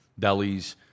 delis